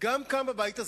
גם כאן, בבית הזה.